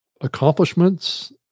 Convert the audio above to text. accomplishments